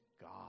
God